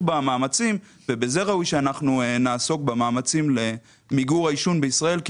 ראוי גם שנעסוק במאמצים למיגור העישון בישראל,